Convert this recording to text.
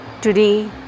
today